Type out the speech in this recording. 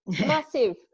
Massive